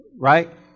Right